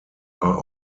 are